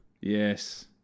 Yes